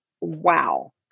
wow